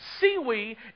Seaweed